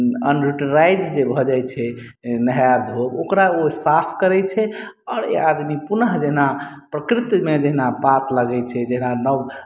unutilised जे भऽ जाइत छै नहाय धोब ओकरा ओ साफ करैत छै आओर ओ आदमी पुन जेना प्रकृतिमे जहिना पात लगैत छै जेना नव